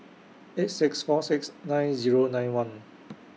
eight six four six nine Zero nine one